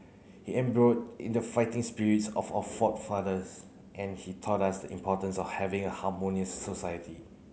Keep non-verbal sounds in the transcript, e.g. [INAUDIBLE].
he [UNINTELLIGIBLE] in the fighting spirits of our forefathers and he taught us the importance of having a harmonious society